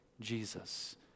Jesus